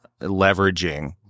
leveraging